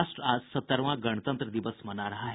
राष्ट्र आज सत्तरवां गणतंत्र दिवस मना रहा है